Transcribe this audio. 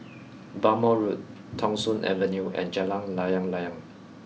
Bhamo Road Thong Soon Avenue and Jalan Layang Layang